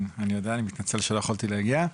כן, אני יודע, אני מתנצל שלא יכולתי להגיע.